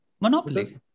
Monopoly।